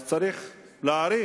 אז צריך להעריך,